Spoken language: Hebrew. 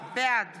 בעד